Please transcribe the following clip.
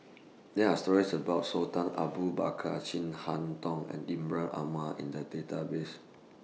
There Are stories about Sultan Abu Bakar Chin Harn Tong and Ibrahim Omar in The Database